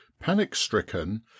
panic-stricken